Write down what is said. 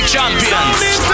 Champions